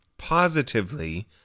Positively